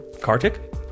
Kartik